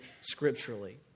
scripturally